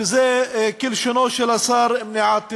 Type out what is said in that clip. שזה כלשונו של השר מניעת טרור.